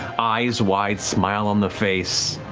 eyes wide, smile on the face,